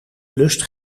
lust